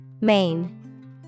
Main